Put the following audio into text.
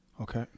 Okay